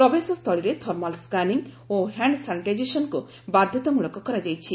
ପ୍ରବେଶ ସ୍ଥଳୀରେ thermal scanning ଓ ହ୍ୟାଣ୍ଡସାନିଟାଇଜେସନକୁ ବାଧ୍ୟତାମୂଳକ କରାଯାଇଛି